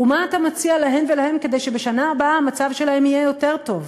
ומה אתה מציע להם ולהן כדי שבשנה הבאה המצב שלהם יהיה יותר טוב?